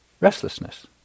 restlessness